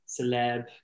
celeb